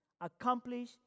accomplish